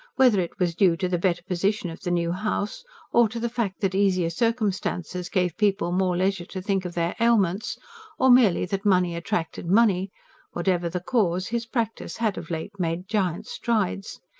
whether it was due to the better position of the new house or to the fact that easier circumstances gave people more leisure to think of their ailments or merely that money attracted money whatever the cause, his practice had of late made giant strides.